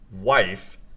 wife